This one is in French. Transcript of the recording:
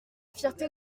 fierté